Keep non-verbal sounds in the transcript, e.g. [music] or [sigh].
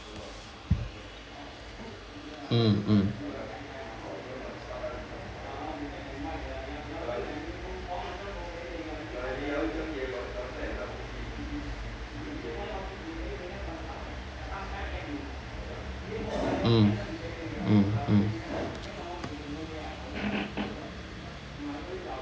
[noise] mm mm [noise] mm mm mm [noise]